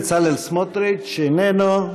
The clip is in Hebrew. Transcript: בצלאל סמוטריץ, איננו.